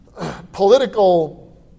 political